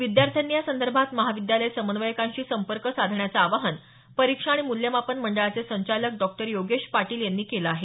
विद्यार्थ्यांनी या संदर्भात महाविद्यालय समन्वयकांशी संपर्क साधण्याचं आवाहन परीक्षा आणि मुल्यमापन मंडळाचे संचालक डॉक्टर योगेश पाटील यांनी केलं आहे